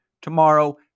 tomorrow